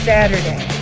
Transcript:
Saturday